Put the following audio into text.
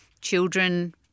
children